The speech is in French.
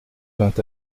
vint